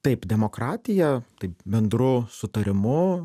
taip demokratija taip bendru sutarimu